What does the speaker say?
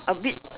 a bit